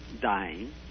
dying